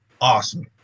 awesome